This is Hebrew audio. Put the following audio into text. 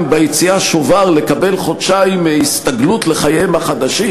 ביציאה שובר לקבל חודשיים הסתגלות לחייהם החדשים,